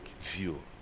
view